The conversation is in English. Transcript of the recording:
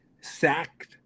sacked